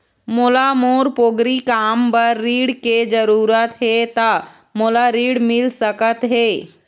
मोला मोर पोगरी काम बर ऋण के जरूरत हे ता मोला ऋण मिल सकत हे?